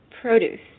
Produce